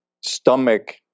stomach